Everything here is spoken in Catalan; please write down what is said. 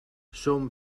som